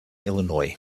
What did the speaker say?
illinois